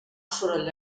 soroll